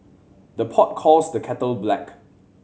the pot calls the kettle black